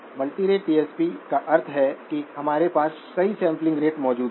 multirate DSP का अर्थ है कि हमारे पास कई सैंपलिंग रेट मौजूद हैं